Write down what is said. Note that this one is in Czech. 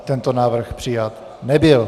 Tento návrh přijat nebyl.